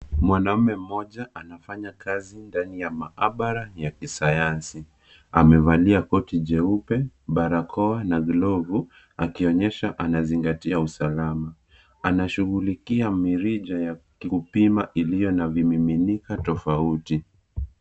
Mwanaume mmoja anafanya kazi ndani ya maabara ya kisayansi , amevalia koti jeupe , barakoa na glovu akionyesha anafuatilia usalama anashughulikia mirija ya kupima iliyo na vimiminika tofauti.